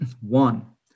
One